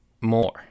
more